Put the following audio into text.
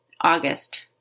August